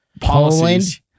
policies